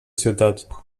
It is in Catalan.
ciutat